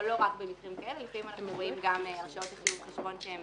לא רק במקרים כאלה אלא לפעמים אנחנו רואים גם הרשאות לחיוב חשבון שהן